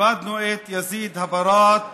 איבדנו את יזיד הבראת